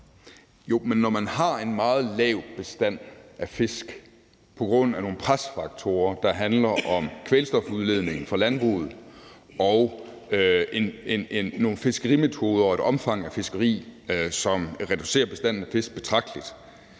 Når man har en meget lav bestand af fisk på grund af nogle presfaktorer, der handler om kvælstofudledning fra landbruget og nogle fiskerimetoder og et omfang af fiskeri, som reducerer bestanden af fisk betragteligt,